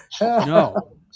No